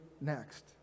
next